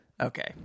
Okay